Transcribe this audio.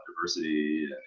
diversity